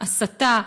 הסתה,